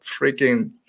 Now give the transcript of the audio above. freaking